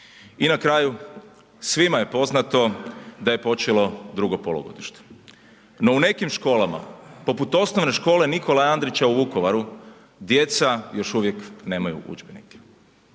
I na kraju, svima je poznato da je počelo drugo polugodište no u nekim školama poput OS Nikole Andrića u Vukovaru, djeca još uvijek nemaju udžbenike.